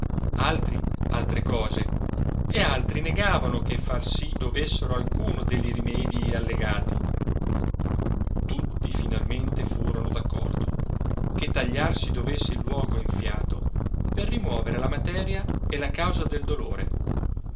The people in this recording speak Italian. altri altre cose e altri negavano che far si dovessero alcuno delli rimedii allegati tutti finalmente furono d'accordo che tagliar si dovesse il luogo enfiato per rimover la materia e la causa del dolore